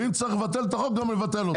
ואם צריך לבטל את החוק גם נבטל אותו.